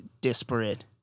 disparate